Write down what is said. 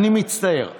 אני מצטער.